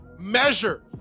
measure